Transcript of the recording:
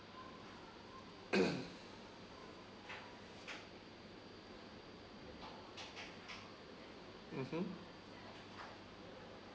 mmhmm